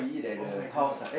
oh-my-god